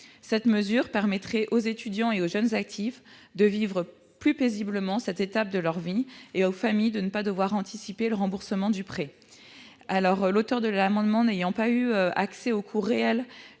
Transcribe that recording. Cette mesure permettrait aux étudiants et aux jeunes actifs de vivre plus paisiblement cette étape de leur vie et aux familles de ne pas devoir anticiper le remboursement du prêt. L'auteur de cet amendement, qui n'a pu avoir accès au coût réel